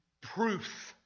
Proof